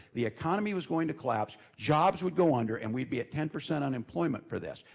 the economy was going to collapse, jobs would go under, and we'd be at ten percent unemployment for this.